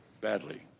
Badly